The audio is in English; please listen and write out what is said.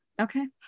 okay